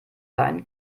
sein